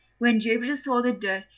when jupiter saw the dirt,